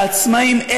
לעצמאים,